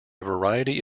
variety